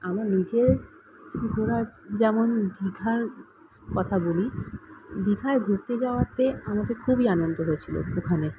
আমার নিজের ঘোরা যেমন দিঘার কথা বলি দিঘায় ঘুরতে যাওয়াতে আমাদের খুবই আনন্দ হয়েছিল ওখানে